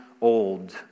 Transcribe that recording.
old